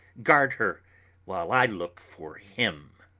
guard her while i look for him!